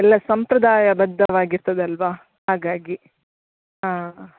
ಎಲ್ಲಾ ಸಂಪ್ರದಾಯ ಬದ್ದವಾಗಿರ್ತದೆ ಅಲ್ವಾ ಹಾಗಾಗಿ ಹಾಂ